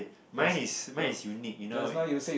mine is mine is unique you know